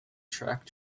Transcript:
track